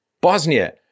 Bosnia